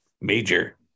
Major